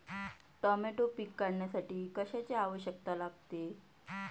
Tomato पीक काढण्यासाठी कशाची आवश्यकता लागते?